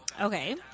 Okay